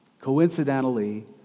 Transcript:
coincidentally